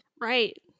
Right